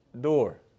door